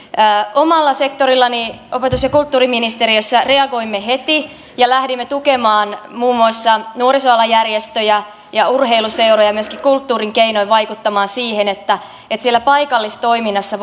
omalla sektorillani opetus ja kulttuuriministeriössä reagoimme heti ja lähdimme tukemaan muun muassa nuorisoalan järjestöjä ja urheiluseuroja ja myöskin kulttuurin keinoin vaikuttamaan siihen että että siellä paikallistoiminnassa